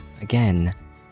Again